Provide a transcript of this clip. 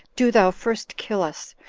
do thou first kill us,